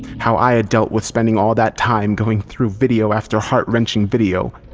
how i had dealt with spending all that time going through video after heart-rending video.